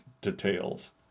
details